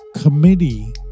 committee